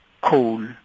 coal